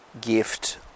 gift